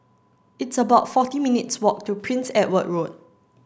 it's about forty minutes' walk to Prince Edward Road